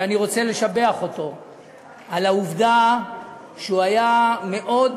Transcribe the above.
ואני רוצה לשבח אותו על העובדה שהוא היה מאוד